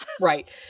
Right